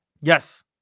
Yes